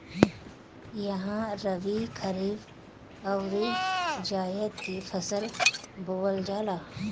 इहा रबी, खरीफ अउरी जायद के फसल बोअल जाला